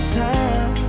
time